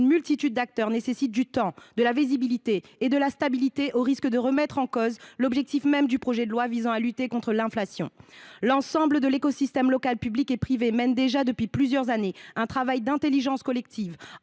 telle multitude d’acteurs nécessite du temps, de la visibilité et de la stabilité, sauf à remettre en cause l’objectif même de ce projet de loi qui vise à lutter contre l’inflation. L’ensemble de l’écosystème local, public et privé, fait preuve depuis plusieurs années déjà d’une grande intelligence collective